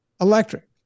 electric